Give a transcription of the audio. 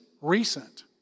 recent